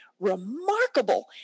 remarkable